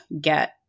get